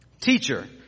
Teacher